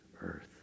earth